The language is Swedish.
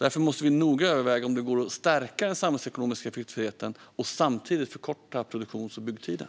Därför måste vi noga överväga om det går att stärka den samhällsekonomiska effektiviteten och samtidigt förkorta produktions och byggtiden.